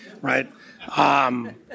right